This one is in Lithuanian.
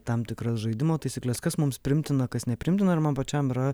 tam tikras žaidimo taisykles kas mums priimtina kas nepriimtina ir man pačiam yra